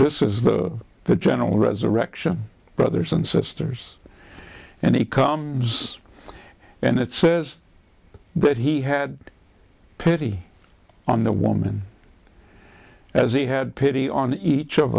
this is the the general resurrection brothers and sisters and he comes and it says that he had pity on the woman as he had pity on each of